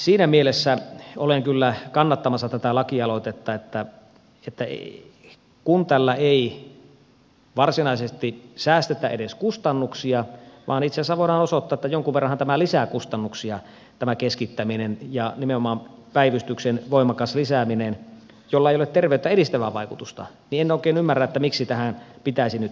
siinä mielessä olen kyllä kannattamassa tätä lakialoitetta että kun tällä ei varsinaisesti edes säästetä kustannuksia vaan itse asiassa voidaan osoittaa että jonkun verranhan lisää kustannuksia tämä keskittäminen ja nimenomaan päivystyksen voimakas lisääminen jolla ei ole terveyttä edistävää vaikutusta niin en oikein ymmärrä miksi tähän pitäisi nyt mennä